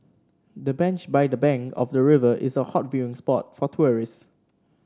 the bench by the bank of the river is a hot viewing spot for tourists